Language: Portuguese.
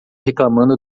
reclamando